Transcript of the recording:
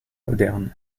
moderne